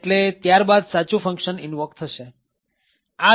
એટલે ત્યારબાદ સાચું ફંક્શન ઇન્વોક થશે